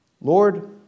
Lord